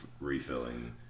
refilling